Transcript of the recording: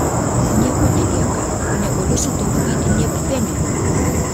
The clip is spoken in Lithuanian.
nieko nelieka negaliu sutaupyti nė pfenigo